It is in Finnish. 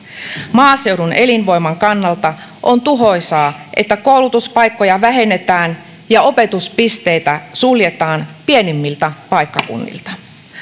maaseudun elinvoiman kannalta on tuhoisaa että koulutuspaikkoja vähennetään ja opetuspisteitä suljetaan pienimmiltä paikkakunnilta